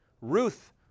Ruth